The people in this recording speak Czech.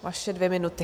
Vaše dvě minuty.